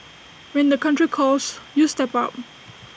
when the country calls you step up